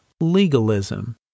legalism